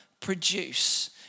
produce